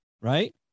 right